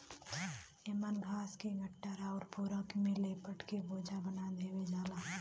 एमन घास के गट्ठर आउर पोरा में लपेट के बोझा बना देवल जाला